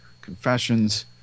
confessions